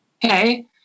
Hey